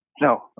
No